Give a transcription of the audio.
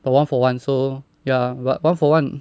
got one for one so ya but one for one